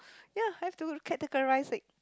ya have to categorise it